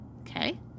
Okay